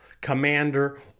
commander